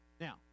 Now